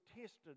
tested